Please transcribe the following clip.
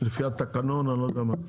לפי התקנון או אני לא יודע מה.